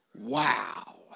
Wow